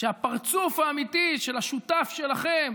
שהפרצוף האמיתי של השותף שלכם,